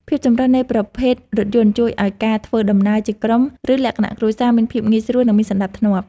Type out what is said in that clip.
ភាពចម្រុះនៃប្រភេទរថយន្តជួយឱ្យការធ្វើដំណើរជាក្រុម ឬលក្ខណៈគ្រួសារមានភាពងាយស្រួល និងមានសណ្ដាប់ធ្នាប់។